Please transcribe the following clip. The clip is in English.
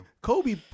Kobe